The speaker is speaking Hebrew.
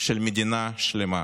של מדינה שלמה,